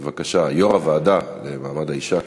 בבקשה, יו"ר הוועדה למעמד האישה כמובן.